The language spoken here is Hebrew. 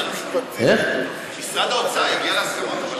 משרד האוצר הגיע להסכמות,